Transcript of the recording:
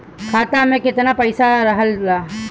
खाता में केतना पइसा रहल ह?